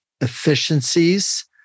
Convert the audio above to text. efficiencies